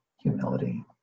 humility